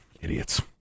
idiots